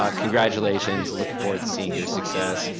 ah congratulations, look forward to seeing your success.